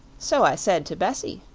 so i said to bessie,